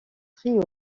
trio